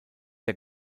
der